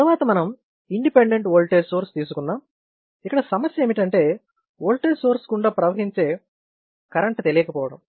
తరువాత మనం independent voltage source తీసుకున్నాం ఇక్కడ సమస్య ఏమిటంటే ఓల్టేజ్ సోర్స్ గుండా ప్రవహించే కరెంటు తెలియకపోవడం